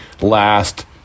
last